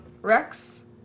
rex